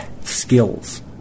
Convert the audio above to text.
skills